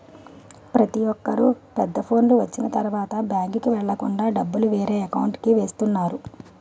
ప్రతొక్కరు పెద్ద ఫోనులు వచ్చిన తరువాత బ్యాంకుకి వెళ్ళకుండా డబ్బులు వేరే అకౌంట్కి వేస్తున్నారు